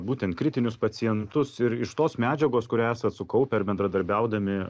būtent kritinius pacientus ir iš tos medžiagos kurią esat sukaupę ar bendradarbiaudami